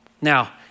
Now